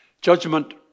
Judgment